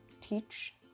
teach